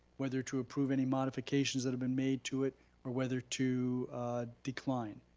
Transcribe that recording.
whether to approve any modifications that have been made to it or whether to decline.